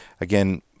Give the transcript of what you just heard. again